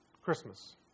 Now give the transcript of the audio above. Christmas